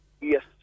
Yes